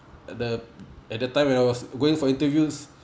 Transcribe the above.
the at that time when I was going for interviews